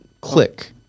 click